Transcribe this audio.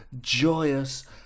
joyous